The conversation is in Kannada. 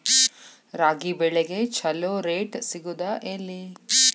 ರಾಗಿ ಬೆಳೆಗೆ ಛಲೋ ರೇಟ್ ಸಿಗುದ ಎಲ್ಲಿ?